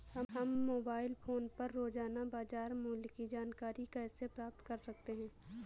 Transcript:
हम mobile phone पर रोजाना बाजार मूल्य की जानकारी कैसे प्राप्त कर सकते हैं?